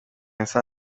nsa